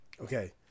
Okay